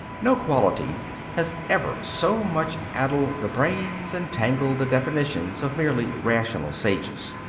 no quality has ever so much addled the brains and tangled the definitions of merely rational sages.